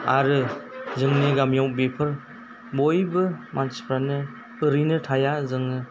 आरो जोंनि गामियाव बेफोर बयबो मानसिफ्रानो ओरैनो थाया जोङो